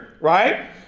right